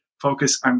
focus